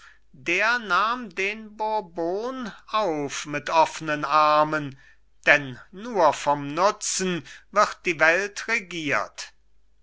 der nahm den bourbon auf mit offnen armen denn nur vom nutzen wird die welt regiert